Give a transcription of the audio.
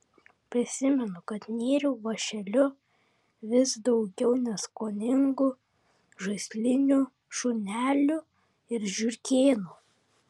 prisimenu kad nėriau vąšeliu vis daugiau neskoningų žaislinių šunelių ir žiurkėnų